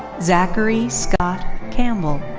zachary scott campbell.